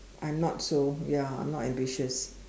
I'm not so ya I'm not ambitious